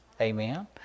amen